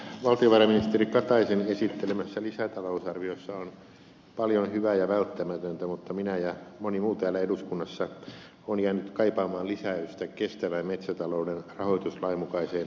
valtiovarainministeri kataisen esittelemässä lisätalousarviossa on paljon hyvää ja välttämätöntä mutta minä ja moni muu täällä eduskunnassa on jäänyt kaipaamaan lisäystä kestävän metsätalouden rahoituslain mukaiseen tukeen